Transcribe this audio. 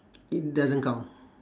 it doesn't count